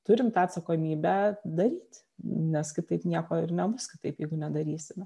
turim tą atsakomybę daryt nes kitaip nieko ir nebus kitaip nedarysime